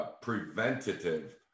preventative